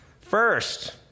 first